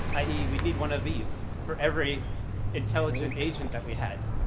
i e, we'd need one of these for every intelligent agent that we had,